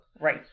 Right